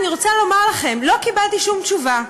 אני רוצה לומר לכם שלא קיבלתי שום תשובה,